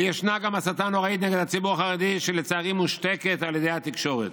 וישנה גם הסתה נוראית נגד הציבור החרדי שלצערי מושתקת על ידי התקשורת.